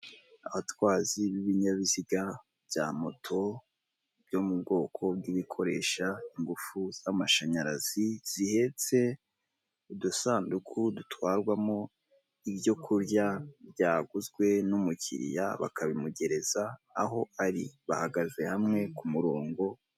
Abatwazi b'ibinyabiziga bya moto byo mu bwoko bw'ibikoresha ingufu z'amashanyarazi, zihetse udusanduku dutwarwamo ibyokurya byaguzwe n'umukiriya bakabimugereza aho ari, bahagaze hamwe ku murongo.